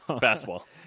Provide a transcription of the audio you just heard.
Basketball